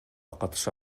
катыша